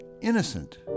innocent